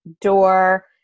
door